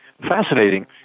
Fascinating